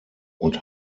und